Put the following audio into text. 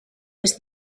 was